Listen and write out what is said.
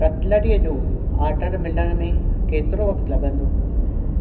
कटलरीअ जो ऑडर मिलण में केतिरो वक़्तु लॻंदो